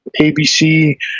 ABC